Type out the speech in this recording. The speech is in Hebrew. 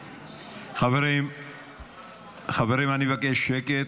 --- חברים, חברים, אני מבקש שקט.